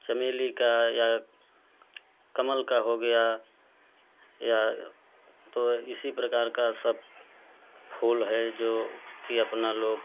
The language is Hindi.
चमेली का या कमल का हो गया या तो इसी प्रकार सब फूल हैँ जो ही अपना लोग